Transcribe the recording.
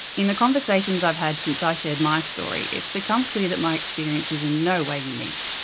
in the conversations i've had since i shared my story, it's become clear that my experience is in no way unique.